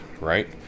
right